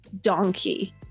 Donkey